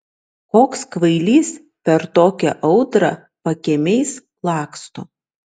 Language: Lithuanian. koks kvailys per tokią audrą pakiemiais laksto